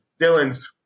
Dylan's